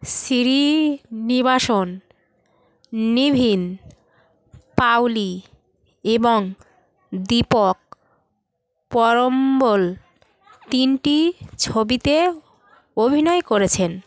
শ্রীনিবাসন নিভিন পাওলি এবং দীপক পরম্বল তিনটি ছবিতে অভিনয় করেছেন